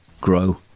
grow